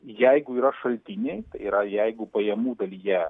jeigu yra šaltiniai yra jeigu pajamų dalyje